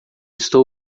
estou